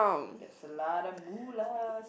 that's another